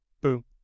boom